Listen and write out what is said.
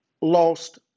lost